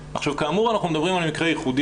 כאמור אנחנו מדברים על מקרה ייחודי